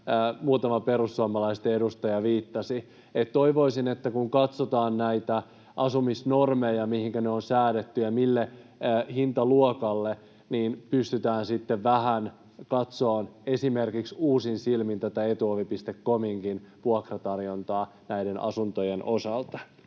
muutama perussuomalaisten edustaja viittasi. Toivoisin, että kun katsotaan näitä asumisnormeja, mihinkä ne on säädetty ja mille hintaluokalle, niin pystytään sitten vähän katsomaan uusin silmin esimerkiksi tätä Etuovi.cominkin vuokratarjontaa näiden asuntojen osalta.